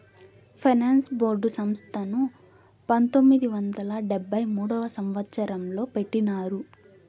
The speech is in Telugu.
ఫైనాన్స్ బోర్డు సంస్థను పంతొమ్మిది వందల డెబ్భై మూడవ సంవచ్చరంలో పెట్టినారు